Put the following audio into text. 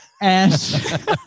And-